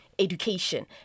education